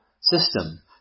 system